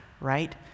right